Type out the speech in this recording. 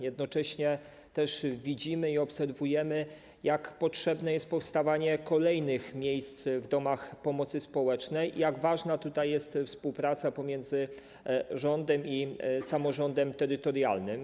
Jednocześnie też widzimy, obserwujemy, jak potrzebne jest powstawanie kolejnych miejsc w domach pomocy społecznej, jak ważna tutaj jest współpraca pomiędzy rządem i samorządem terytorialnym.